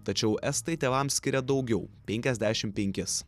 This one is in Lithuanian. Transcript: tačiau estai tėvams skiria daugiau penkiasdešimt penkis